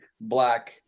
black